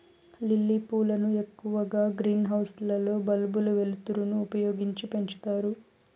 lily పూలను ఎక్కువగా green house లలో బల్బుల వెలుతురును ఉపయోగించి పెంచుతారు